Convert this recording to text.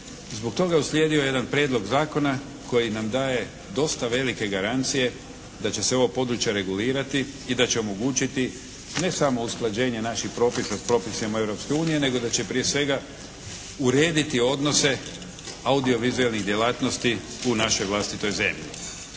Zbog toga je uslijedio jedan prijedlog zakona koji nam daje dosta velike garancije da će se ovo područje regulirati i da će omogućiti ne samo usklađenje naših propisa s propisima Europske unije, nego da će prije svega urediti odnose audiovizualnih djelatnosti u našoj vlastitoj zemlji.